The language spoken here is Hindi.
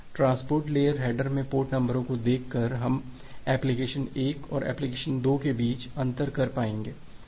ट्रांसपोर्ट लेयर हेडर में पोर्ट नंबर को देखकर हम एप्लीकेशन 1 और एप्लीकेशन 2 के बीच अंतर कर पाएंगे